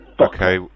Okay